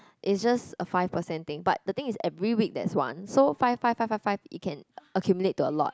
it's just a five percent thing but the thing is every week there's one so five five five five five it can accumulate to a lot